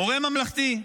מורה ממלכתי,